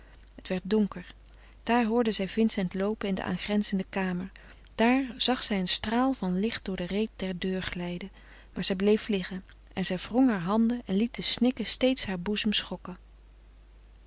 het werd donker daar hoorde zij vincent loopen in de aangrenzende kamer daar zag zij een straal van licht door de reet der deur glijden maar zij bleef liggen en zij wrong hare handen en liet de snikken steeds haar boezem schokken